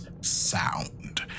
sound